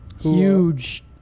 Huge